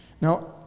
Now